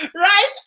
right